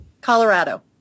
Colorado